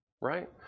right